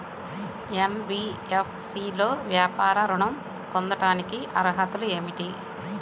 NBFC లో వ్యాపార ఋణం పొందటానికి అర్హతలు ఏమిటీ?